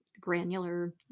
granular